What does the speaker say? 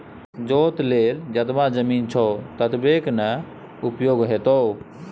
जोत लेल जतबा जमीन छौ ततबेक न उपयोग हेतौ